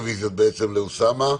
הרוויזיות לאוסאמה.